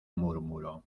murmuró